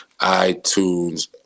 iTunes